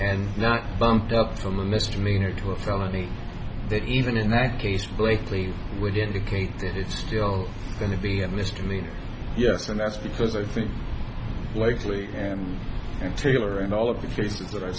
and not bumped up from a misdemeanor to a felony that even in that case blakely would indicate that it's still going to be a misdemeanor yes and that's because i think likely and and taylor and all of the cases that are